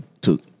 took